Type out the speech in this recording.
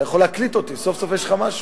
אתה יכול להקליט אותי, סוף-סוף יש לך משהו.